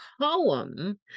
poem